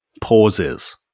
pauses